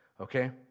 okay